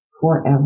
forever